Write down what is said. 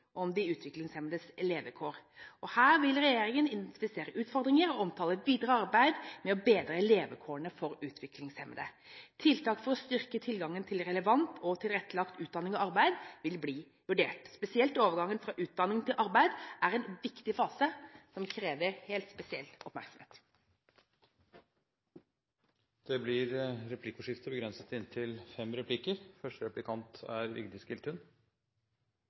om de utviklingshemmedes levekår. Her vil regjeringen identifisere utfordringer og omtale videre arbeid med å bedre levekårene for utviklingshemmede. Tiltak for å styrke tilgangen til relevant og tilrettelagt utdanning og arbeid vil bli vurdert. Spesielt overgangen fra utdanning til arbeid er en viktig fase som krever helt spesiell oppmerksomhet. Det blir replikkordskifte. Som Lundteigen sa, er